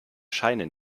scheine